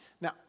Now